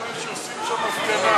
היושב-ראש רואה שעושים שם הפגנה?